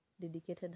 dedicated